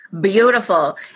beautiful